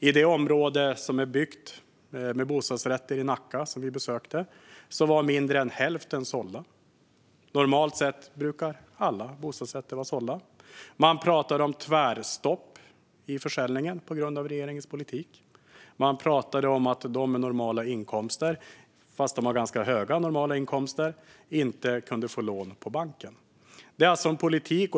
I det område som vi besökte i Nacka där det har byggts bostadsrätter var mindre än hälften sålda. Normalt sett brukar alla bostadsrätter vara sålda. Man talade om tvärstopp i försäljningen på grund av regeringens politik. Man talade om att de med normala inkomster - även de med ganska höga normala inkomster - inte kunde få lån på banken.